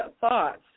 thoughts